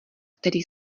který